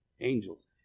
angels